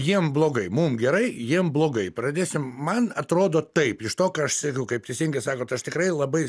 jiem blogai mum gerai jiem blogai pradėsim man atrodo taip iš to ką aš seku kaip teisingai sakot aš tikrai labai